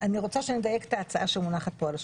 אני רוצה שנדייק את ההצעה שמונחת פה על השולחן.